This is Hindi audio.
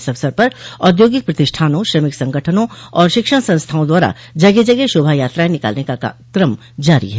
इस अवसर पर औद्योगिक प्रतिष्ठानों श्रमिक संगठनों और शिक्षण संस्थाओं द्वारा जगह जगह शोभा यात्राएं निकालने का क्रम जारी है